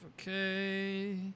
Okay